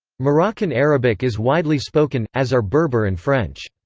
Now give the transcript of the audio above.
moroccan arabic is widely spoken, as are berber and french.